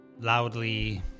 loudly